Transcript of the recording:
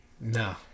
No